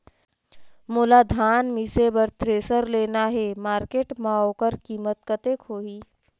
मोला धान मिसे बर थ्रेसर लेना हे मार्केट मां होकर कीमत कतेक होही?